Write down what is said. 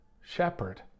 shepherd